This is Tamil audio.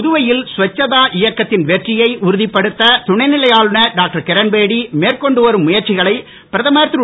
புதுவையில் ஸ்வச்சதா இயக்கத்தின் வெற்றியை உறுதிப்படுத்த துணைநிலை ஆளுநர் டாக்டர் கிரண்பேடி மேற்கொண்டு வரும் முயற்சிகளை பிரதமர் திரு